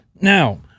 Now